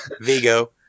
Vigo